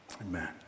amen